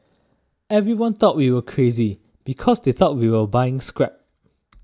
everyone thought we were crazy because they thought we were buying scrap